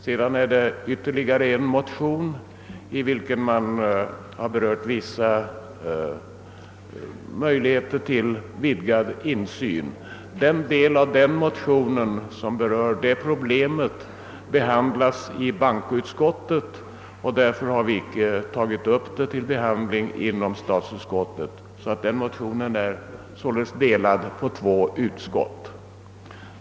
Vidare föreligger en motion som berör vissa möjligheter till vidgad insyn. Den del av denna motion som berör det nämnda problemet behandlas av bankoutskottet, varför statsutskottet ej behandlat just detta ämne; denna motion är således delad på två utskott.